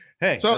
Hey